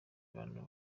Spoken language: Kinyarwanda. bantu